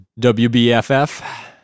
WBFF